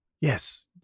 Yes